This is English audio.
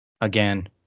again